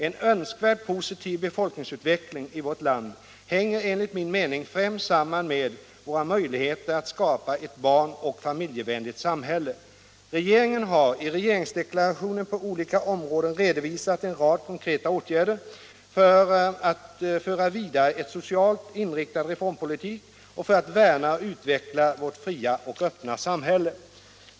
En önskvärd positiv befolkningsutveckling i vårt land hänger enligt min mening främst samman med våra möjligheter att skapa ett barn och familjevänligt samhälle. Regeringen har i regeringsdeklarationen på olika områden redovisat en rad konkreta åtgärder för att föra vidare en socialt inriktad reformpolitik och för att värna och utveckla vårt fria och öppna samhälle.